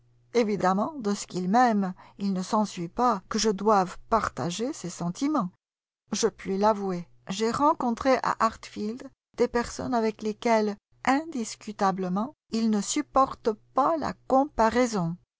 évidemment de ce qu'il m'aime il ne s'ensuit pas que je doive partager ses sentiments je puis l'avouer j'ai rencontré à hartfield des personnes avec lesquelles indiscutablement il ne supporte pas la comparaison